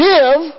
Give